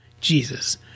Jesus